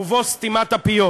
ל"סתימת הפיות".